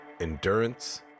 endurance